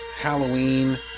Halloween